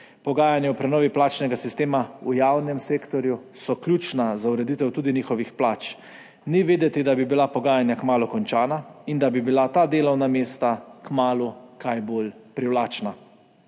Pogajanja o prenovi plačnega sistema v javnem sektorju so ključna za ureditev tudi njihovih plač. Ni videti, da bi bila pogajanja kmalu končana in da bi bila ta delovna mesta kmalu kaj bolj privlačna.